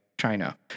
China